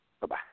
Bye-bye